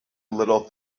little